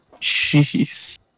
Jeez